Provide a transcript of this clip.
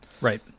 Right